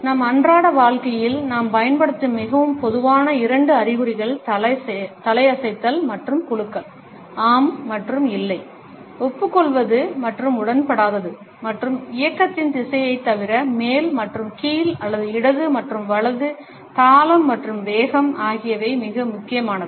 நம் அன்றாட வாழ்க்கையில் நாம் பயன்படுத்தும் மிகவும் பொதுவான இரண்டு அறிகுறிகள் தலையசை மற்றும் குலுக்கல் ஆம் மற்றும் இல்லை ஒப்புக்கொள்வது மற்றும் உடன்படாதது மற்றும் இயக்கத்தின் திசையைத் தவிர மேல் மற்றும் கீழ் அல்லது இடது மற்றும் வலது தாளம் மற்றும் வேகம் ஆகியவை மிக முக்கியமானவை